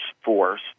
force